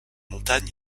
montagne